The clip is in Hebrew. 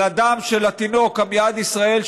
על הדם של התינוק עמיעד ישראל,